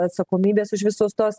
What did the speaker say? atsakomybės už visus tos